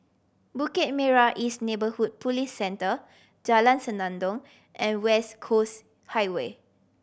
Bukit Merah East Neighbourhood Police Centre Jalan Senandong and West Coast Highway